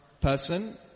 person